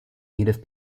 native